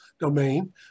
domain